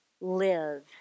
live